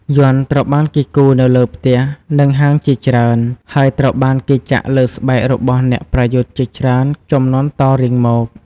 យ័ន្តត្រូវបានគេគូរនៅលើផ្ទះ និងហាងជាច្រើន ហើយត្រូវបានគេចាក់លើស្បែករបស់អ្នកប្រយុទ្ធជាច្រើនជំនាន់តរៀងមក។